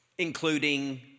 including